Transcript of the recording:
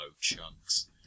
chunks